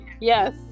yes